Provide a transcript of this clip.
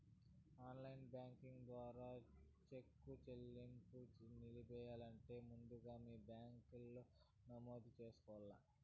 online banking ద్వారా చెక్కు సెల్లింపుని నిలిపెయ్యాలంటే ముందుగా మీ బ్యాంకిలో నమోదు చేసుకోవల్ల